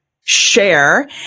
share